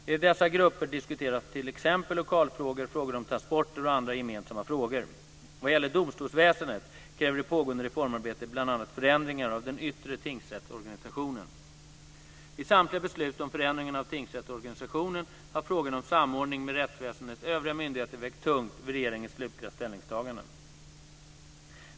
I dessa grupper diskuteras t.ex. lokalfrågor, frågor om transporter och andra gemensamma frågor. Vad gäller domstolsväsendet kräver det pågående reformarbetet bl.a. förändringar av den yttre tingsrättsorganisationen. Vid samtliga beslut om förändringar av tingsrättsorganisationen har frågan om samordning med rättsväsendets övriga myndigheter vägt tungt vid regeringens slutliga ställningstagande.